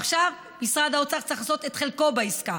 ועכשיו משרד האוצר צריך לעשות את חלקו בעסקה.